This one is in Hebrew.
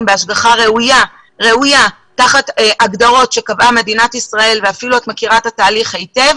בהשגחה ראויה תחת הגדרות שקבעה מדינת ישראל- ואת מכירה היטב את